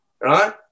right